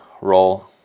role